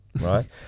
right